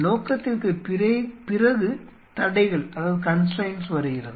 நோக்கத்திற்குப் பிறகு தடைகள் வருகிறது